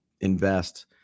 invest